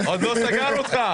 עוד לא סגר אותך.